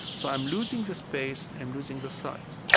so i'm losing the space, i'm losing the sight.